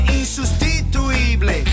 insustituible